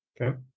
Okay